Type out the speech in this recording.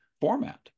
format